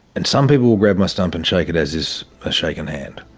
and some people grab my stump and shake it as is a shaken hand.